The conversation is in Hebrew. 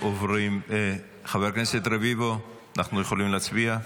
חבר הכנסת רביבו, אנחנו יכולים להצביע?